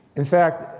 in fact,